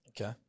Okay